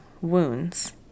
wounds